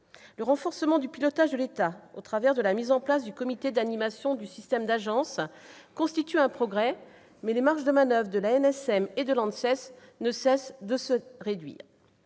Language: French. Le renforcement du pilotage de l'État au travers de la mise en place du Comité d'animation du système d'agences constitue un progrès, mais les marges de manoeuvre de l'Agence nationale de sécurité